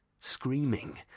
Screaming